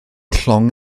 llong